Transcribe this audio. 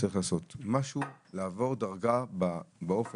צריך לעשות: משהו, לעבור דרגה באופן